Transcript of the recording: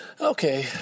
Okay